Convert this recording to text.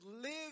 live